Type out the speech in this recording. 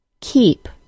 keep